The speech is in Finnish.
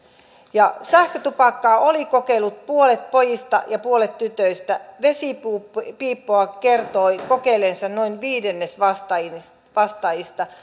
ja sähkötupakkaa oli kokeillut puolet pojista ja puolet tytöistä vesipiippua kertoi kokeilleensa noin viidennes vastaajista